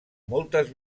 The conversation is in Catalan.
moltes